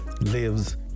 lives